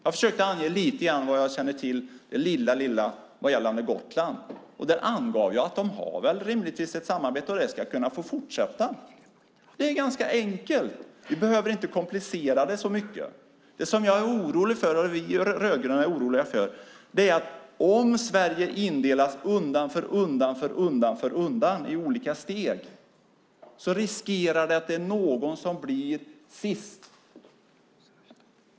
Jag försökte ange lite grann av det lilla jag känner till vad gäller Gotland. De har rimligtvis ett samarbete, och det ska de kunna fortsätta med. Det är ganska enkelt. Vi behöver inte komplicera det så mycket. Det som jag och De rödgröna är oroliga för är att om Sverige undan för undan indelas i olika steg riskerar någon att bli sist.